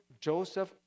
Joseph